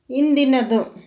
ಇಂದಿನದು